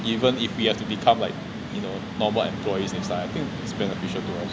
even if you have to become like you know normal employees inside